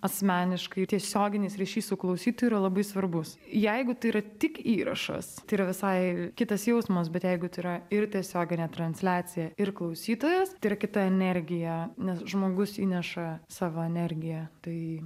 asmeniškai tiesioginis ryšys su klausytoju yra labai svarbus jeigu tai yra tik įrašas tai yra visai kitas jausmas bet jeigu tai yra ir tiesioginė transliacija ir klausytojas tai yra kita energija nes žmogus įneša savo energiją tai